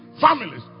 families